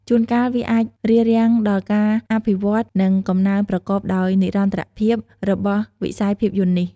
ជួនកាល វាអាចរារាំងដល់ការអភិវឌ្ឍន៍ និងកំណើនប្រកបដោយនិរន្តរភាពរបស់វិស័យភាពយន្តនេះ។